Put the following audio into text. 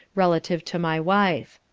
relative to my wife.